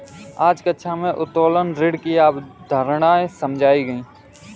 आज कक्षा में उत्तोलन ऋण की अवधारणा समझाई गई